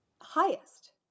Highest